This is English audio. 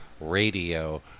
radio